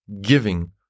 giving